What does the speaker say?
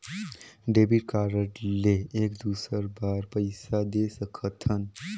Debit card ले एक दुसर बार पइसा दे सकथन?